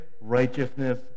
righteousness